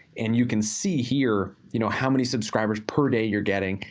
and you can see here, you know, how many subscribers per day you're getting,